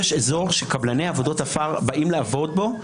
יש אזור שקבלני עבודות עפר באים לעבוד בו.